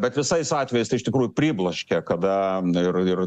bet visais atvejais tai iš tikrųjų pribloškia kada ir ir